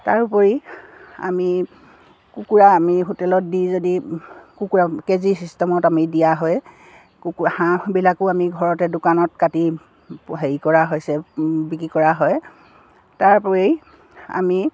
তাৰোপৰি আমি কুকুৰা আমি হোটেলত দি যদি কুকুৰা কেজি ছিষ্টেমত আমি দিয়া হয় কুকুৰা হাঁহবিলাকো আমি ঘৰতে দোকানত কাটি হেৰি কৰা হৈছে বিক্ৰী কৰা হয় তাৰোপৰি আমি